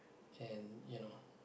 and you know